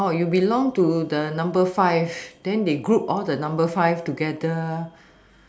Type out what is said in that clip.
you belong to the number five then they group all the number five together